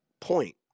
point